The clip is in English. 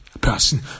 person